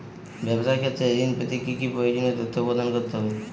ব্যাবসা ক্ষেত্রে ঋণ পেতে কি কি প্রয়োজনীয় তথ্য প্রদান করতে হবে?